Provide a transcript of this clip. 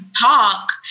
talk